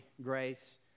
grace